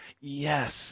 Yes